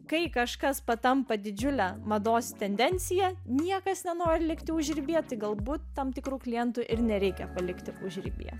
kai kažkas patampa didžiule mados tendencija niekas nenori likti užribyje tai galbūt tam tikrų klientų ir nereikia palikti užribyje